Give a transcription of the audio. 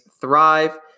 thrive